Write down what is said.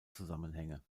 zusammenhänge